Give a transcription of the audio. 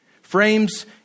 Frames